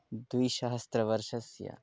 द्विसहस्रवर्षस्य